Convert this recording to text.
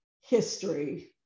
history